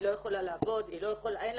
היא לא יכולה לעבוד --- בסדר,